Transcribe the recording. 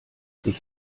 dich